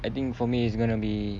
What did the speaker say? I think for me it's gonna be